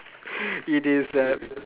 it is a